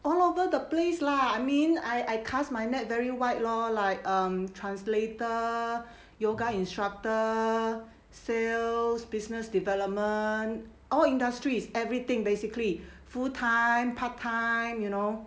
all over the place lah I mean I I cast my net very wide lor like um translator yoga instructor sales business development all industries everything basically full time part time you know